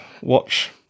watch